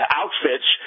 outfits